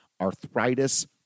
Arthritis